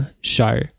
show